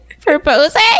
proposing